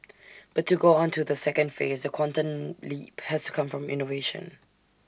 but to go on to the second phase the quantum leap has to come from innovation